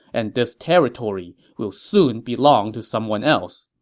and this territory will soon belong to someone else.